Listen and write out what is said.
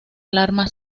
alarma